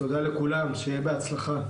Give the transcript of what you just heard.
תודה לכולם ושיהיה בהצלחה.